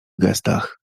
gestach